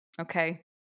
Okay